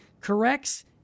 corrects